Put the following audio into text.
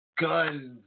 Guns